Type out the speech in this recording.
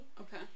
Okay